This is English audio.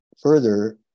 Further